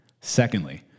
Secondly